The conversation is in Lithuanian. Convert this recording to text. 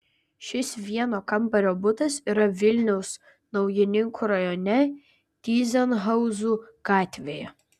šis vieno kambario butas yra vilniaus naujininkų rajone tyzenhauzų gatvėje